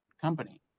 company